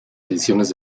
ediciones